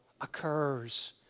occurs